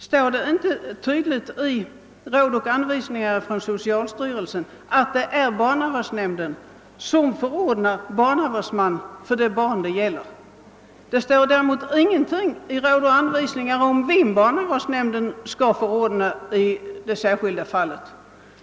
Står det inte tydligt i »Råd och anvisningar från socialstyrelsen», att det är barnavårdsnämnden som förordnar barnavårdsman för de barn det gäller här? Det står däremot ingenting i »Råd och anvisningar från socialstyrelsen» om vem barnavårdsnämnden skall förordna i det särskilda fallet.